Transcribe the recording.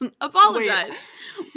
Apologize